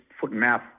foot-and-mouth